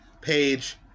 page